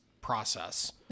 process